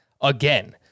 again